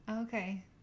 okay